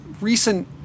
recent